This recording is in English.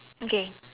okay